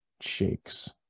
shakes